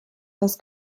das